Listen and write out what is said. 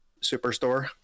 Superstore